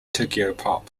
tokyopop